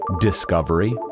discovery